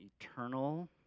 eternal